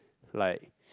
like